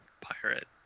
pirate